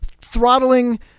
throttling